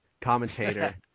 commentator